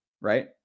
right